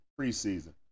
preseason